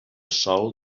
sol